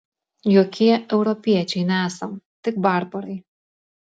jokie europiečiai nesam tik barbarai